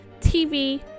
tv